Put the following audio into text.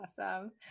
Awesome